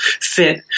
fit